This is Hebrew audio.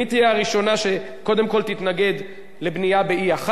מי תהיה הראשונה שקודם כול תתנגד לבנייה ב-1E,